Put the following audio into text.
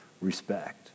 respect